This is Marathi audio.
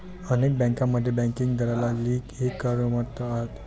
अनेक बँकांमध्ये बँकिंग दलालाची ही कमतरता आहे